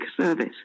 Service